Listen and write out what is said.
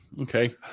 Okay